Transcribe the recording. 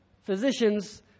physicians